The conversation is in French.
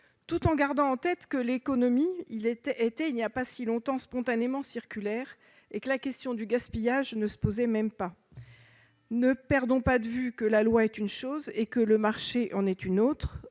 tout en gardant en tête que l'économie était, il n'y a pas si longtemps, spontanément circulaire, et que la question du gaspillage ne se posait même pas. Ne le perdons pas de vue : si la loi est une chose, le marché en est une autre.